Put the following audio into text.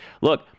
look